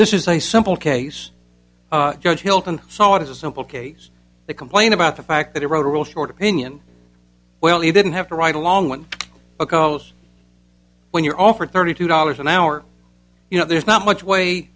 this is a simple case judge hilton saw it as a simple case they complain about the fact that it wrote a real short opinion well you didn't have to write a long one because when you're offered thirty two dollars an hour you know there's not much way